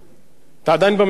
אתה עדיין בממשלה, לא?